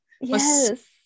Yes